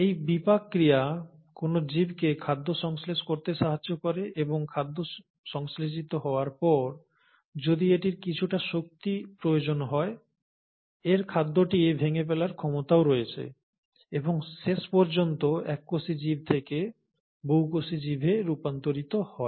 এই বিপাক ক্রিয়া কোন জীবকে খাদ্য সংশ্লেষ করতে সাহায্য করে এবং খাদ্য সংশ্লেষিত হওয়ার পর যদি এটির কিছুটা শক্তি প্রয়োজন হয় এর খাদ্যটি ভেঙে ফেলার ক্ষমতাও রয়েছে এবং শেষ পর্যন্ত এককোষী জীব থেকে বহুকোষী জীবে রূপান্তরিত হয়